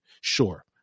sure